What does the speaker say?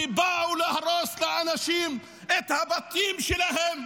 שבאו להרוס לאנשים את הבתים שלהם,